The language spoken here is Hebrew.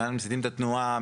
מסיטים את התנועה,